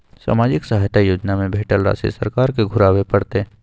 सामाजिक सहायता योजना में भेटल राशि सरकार के घुराबै परतै?